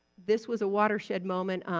this was a watershed moment,